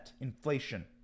inflation